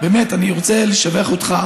באמת, אני רוצה לשבח אותך